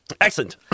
Excellent